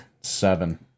Seven